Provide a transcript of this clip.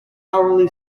hourly